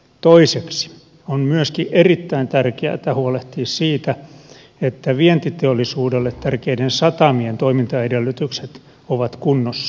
toiseksi on myöskin erittäin tärkeätä huolehtia siitä että vientiteollisuudelle tärkeiden satamien toimintaedellytykset ovat kunnossa